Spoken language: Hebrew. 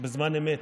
בזמן אמת.